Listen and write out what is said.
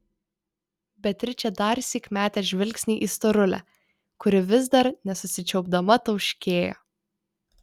beatričė darsyk metė žvilgsnį į storulę kuri vis dar nesusičiaupdama tauškėjo